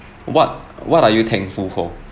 what what are you thankful for